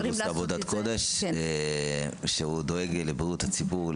משרד הבריאות עושה עבודת קודש ודואג לבריאות הציבור.